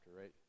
right